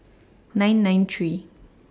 nine nine three